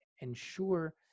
ensure